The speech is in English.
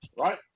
right